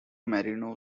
marino